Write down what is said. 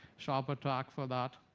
sharper track, for that.